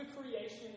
creation